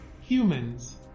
Humans